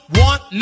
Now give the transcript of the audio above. want